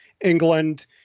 England